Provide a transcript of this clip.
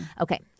Okay